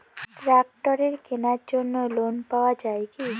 ট্রাক্টরের কেনার জন্য লোন পাওয়া যায় কি?